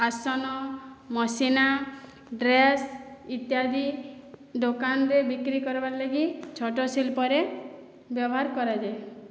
ଆସନ ମଶିଣା ଡ୍ରେସ୍ ଇତ୍ୟାଦି ଦୋକାନରେ ବିକ୍ରି କରବାର ଲାଗି ଛୋଟ ଶିଲ୍ପରେ ବ୍ୟବହାର କରାଯାଏ